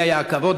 לי היה הכבוד,